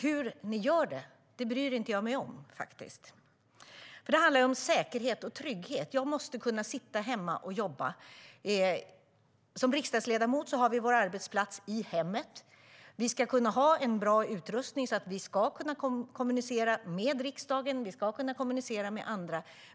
Hur ni gör det bryr jag mig faktiskt inte om. Det handlar om säkerhet och trygghet. Jag måste kunna sitta hemma och jobba. Som riksdagsledamöter har vi vår arbetsplats i hemmet. Vi ska ha bra utrustning så att vi kan kommunicera med riksdagen och med andra.